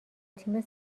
تیم